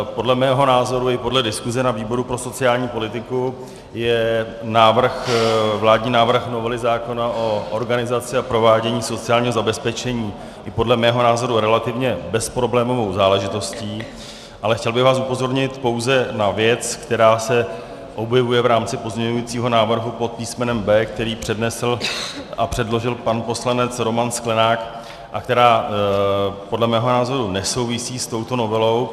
Podle mého názoru i podle diskuse na výboru pro sociální politiku je vládní návrh novely zákona o organizaci a provádění sociálního zabezpečení, i podle mého názoru, relativně bezproblémovou záležitostí, ale chtěl bych vás upozornit pouze na věc, která se objevuje v rámci pozměňovacího návrhu pod písmenem B, který přednesl a předložil pan poslanec Roman Sklenák, a která podle mého názoru nesouvisí s touto novelou.